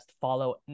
follow